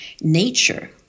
nature